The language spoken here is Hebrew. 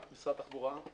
ממשרד התחבורה.